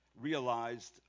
realized